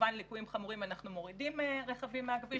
וכמובן בליקויים חמורים אנחנו מורידים רכבים מהכביש.